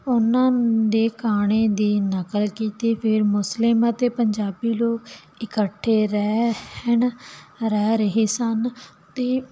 ਉਨ੍ਹਾਂ ਦੇ ਖਾਣੇ ਦੀ ਨਕਲ ਕੀਤੀ ਫਿਰ ਮੁਸਲਿਮ ਅਤੇ ਪੰਜਾਬੀ ਲੋਕ ਇਕੱਠੇ ਰਹਿਣ ਰਹਿ ਰਹੇ ਸਨ ਅਤੇ